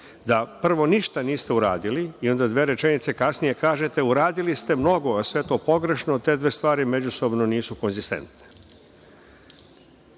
da prvo ništa niste uradili, dve rečenice kasnije kažete – uradili ste mnogo, a sve to pogrešno, te dve stvari međusobno nisu konzistentne. Druga